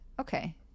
Okay